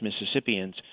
Mississippians